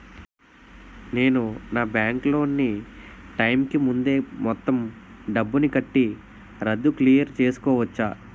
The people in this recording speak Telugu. నేను నా బ్యాంక్ లోన్ నీ టైం కీ ముందే మొత్తం డబ్బుని కట్టి రద్దు క్లియర్ చేసుకోవచ్చా?